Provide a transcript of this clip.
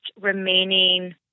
remaining